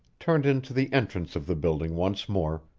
turned into the entrance of the building once more,